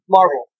Marvel